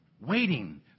Waiting